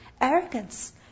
arrogance